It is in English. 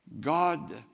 God